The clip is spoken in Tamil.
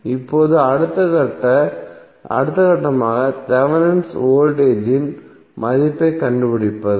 இப்போது அடுத்த கட்டமாக தேவெனின் வோல்டேஜ் இன் மதிப்பைக் கண்டுபிடிப்பது